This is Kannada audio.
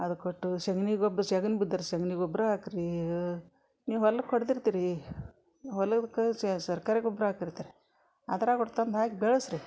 ಅದು ಕೊಟ್ಟು ಸಗಣಿ ಗೊಬ್ಬರ ಶಗಣಿ ಬಿದ್ದರೆ ಸಗಣಿ ಗೊಬ್ಬರ ಹಾಕಿರಿ ನೀವು ಹೊಲಕ್ಕೆ ಹೊಡ್ದಿರ್ತೀರಿ ಹೊಲಕ್ಕೆ ಸರ್ಕಾರಿ ಗೊಬ್ಬರ ಹಾಕಿರ್ತಾರೆ ಅದ್ರಾಗ ಒಟ್ಟು ತಂದು ಹಾಕಿ ಬೆಳೆಸಿರಿ